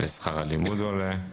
שכר הלימוד עולה,